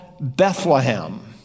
Bethlehem